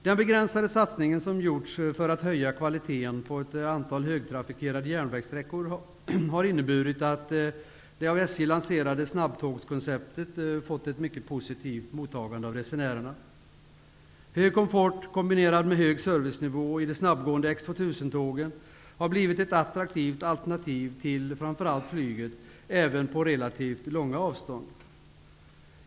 Den begränsade satsning som gjorts för att höja kvaliteten på ett antal högtrafikerade järnvägssträckor har inneburit att det av SJ lanserade snabbtågskonceptet fått ett mycket positivt mottagande av resenärerna. Hög komfort, kombinerad med hög servicenivå, i de snabbgående X2000-tågen har blivit ett attraktivt alternativ till framför allt flyget, även på relativt långa avstånd.